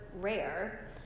rare